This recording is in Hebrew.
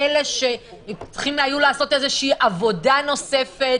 היו צריכים לעשות עבודה נוספת,